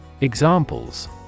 Examples